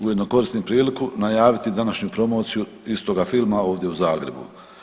Ujedno koristim priliku najaviti današnju promociju istoga filma ovdje u Zagrebu.